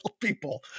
people